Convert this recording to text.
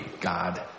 God